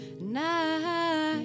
night